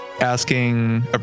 Asking